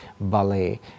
ballet